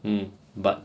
um but